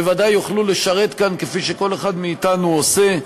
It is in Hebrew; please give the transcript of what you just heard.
בוודאי יוכלו לשרת כאן כפי שכל אחד מאתנו עושה.